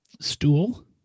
Stool